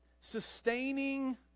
sustaining